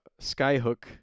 skyhook